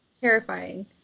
terrifying